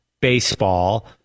baseball